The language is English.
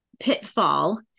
pitfall